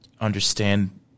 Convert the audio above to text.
understand